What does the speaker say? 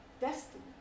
destiny